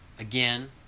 Again